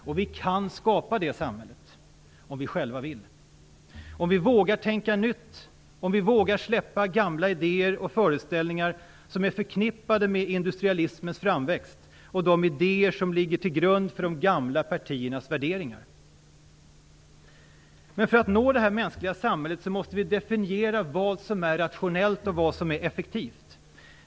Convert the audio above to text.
Vi kan också skapa det samhället, om vi själva vill det, om vi vågar tänka nytt, om vi vågar släppa gamla idéer och föreställningar som är förknippade med industrialismens framväxt och de idéer som ligger till grund för de gamla partiernas värderingar. Men för att få detta mänskliga samhälle måste vi definiera vad som är effektivt och rationellt.